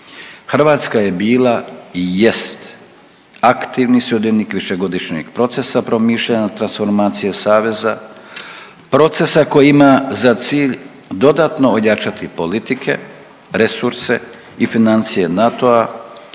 Hrvatska je bila i jest aktivnog višegodišnjeg procesa promišljanja transformacije saveza. Procesa koji ima za cilj dodatno ojačati politike, resurse i financije NATO-a